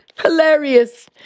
Hilarious